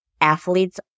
athletes